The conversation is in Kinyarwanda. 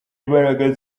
imbaraga